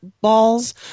balls